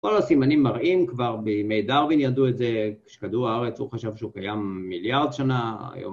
כל הסימנים מראים, כבר בימי דרווין ידעו את זה כשכדור הארץ, הוא חשב שהוא קיים מיליארד שנה, היום..